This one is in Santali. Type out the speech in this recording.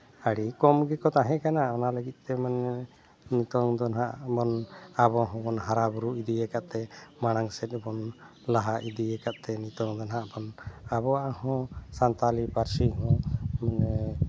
ᱟᱹᱰᱤ ᱠᱚᱢ ᱜᱮᱠᱚ ᱛᱟᱦᱮᱸ ᱠᱟᱱᱟ ᱚᱱᱟ ᱞᱟᱹᱜᱤᱫᱛᱮ ᱢᱟᱱᱮ ᱱᱤᱛᱚᱝ ᱫᱚ ᱱᱟᱜ ᱵᱚᱱ ᱟᱵᱚ ᱦᱚᱸᱵᱚᱱ ᱦᱟᱨᱟ ᱵᱩᱨᱩ ᱤᱫᱤᱭᱟᱠᱟᱫ ᱛᱮ ᱢᱟᱲᱟᱝ ᱥᱮᱫ ᱵᱚᱱ ᱞᱟᱦᱟ ᱤᱫᱤ ᱭᱟᱠᱟᱫ ᱛᱮ ᱱᱤᱛᱚᱝ ᱫᱚ ᱱᱟᱦᱟᱸᱜ ᱵᱚᱱ ᱟᱵᱚᱣᱟᱜ ᱦᱚᱸ ᱥᱟᱱᱛᱟᱞᱤ ᱯᱟᱹᱨᱥᱤ ᱦᱚᱸ